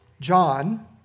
John